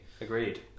Agreed